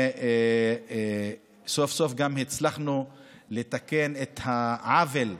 אלא שסוף-סוף גם הצלחנו לתקן את העוול שנגרם,